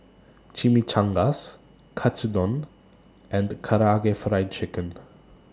Chimichangas Katsudon and Karaage Fried Chicken